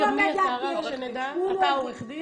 עורך דין?